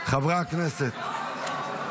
חברי הכנסת,